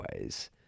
ways